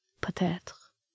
peut-être